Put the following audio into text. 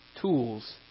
tools